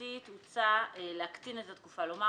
הממשלתית הוצע להקטין את התקופה, לומר